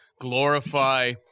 glorify